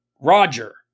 Roger